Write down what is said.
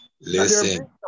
Listen